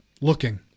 looking